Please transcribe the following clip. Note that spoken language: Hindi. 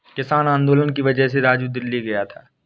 किसान आंदोलन की वजह से राजू दिल्ली गया था